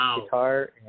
guitar